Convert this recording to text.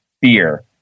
fear